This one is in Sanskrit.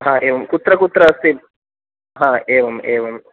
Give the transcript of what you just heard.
हा एवं कुत्र कुत्र अस्ति हा एवम् एवं